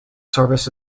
service